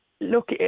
Look